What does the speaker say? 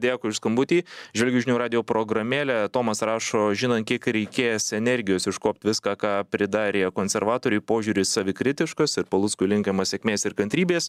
dėkui už skambutį žvelgiu į žinių radijo programėlę tomas rašo žinant kiek reikės energijos iškuopt viską ką pridarė konservatoriai požiūris savikritiškas ir paluckui linkima sėkmės ir kantrybės